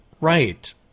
right